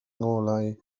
ngolau